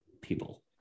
people